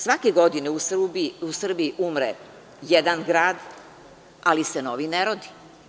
Svake godine u Srbiji umre jedan grad, ali se novi ne rodi.